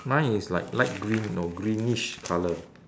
mine is like light green no greenish colour